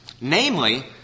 Namely